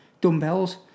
dumbbells